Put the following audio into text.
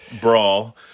brawl